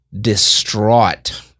distraught